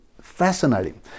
Fascinating